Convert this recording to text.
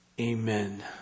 Amen